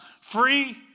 free